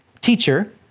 Teacher